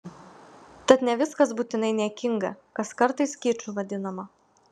tad ne viskas būtinai niekinga kas kartais kiču vadinama